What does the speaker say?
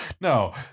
No